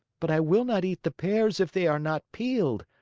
but i will not eat the pears if they are not peeled.